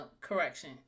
correction